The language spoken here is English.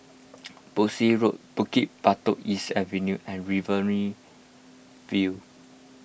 Boscombe Road Bukit Batok East Avenue and Riverina View